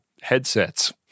headsets